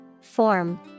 Form